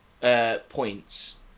points